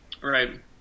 right